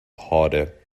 harder